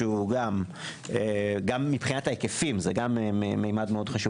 שגם מבחינת ההיקפים זה גם ממד חשוב,